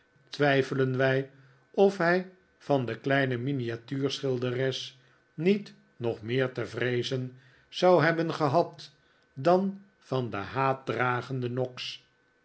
twijfelen wij of hij van de kleine miniatuurschilderes niet nog meer te vreezen zou hebben gehad dan van den haatdragenden noggs